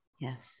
Yes